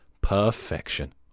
Perfection